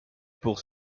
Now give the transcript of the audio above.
pour